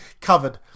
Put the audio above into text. covered